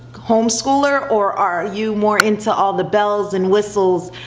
home schooler, or are you more into all the bells and whistles,